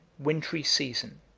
wintry season,